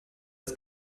als